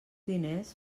diners